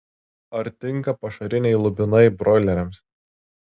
ar tinka pašariniai lubinai broileriams